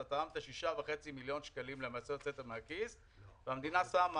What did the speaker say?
תרמת 6.5 מיליון שקלים שהוצאת מהכיס והמדינה שמה